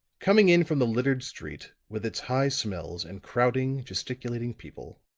coming in from the littered street, with its high smells and crowding, gesticulating people,